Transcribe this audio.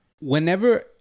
Whenever